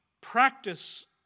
practice